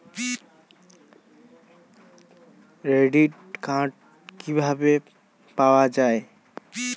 Credit card কিভাবে পাওয়া য়ায়?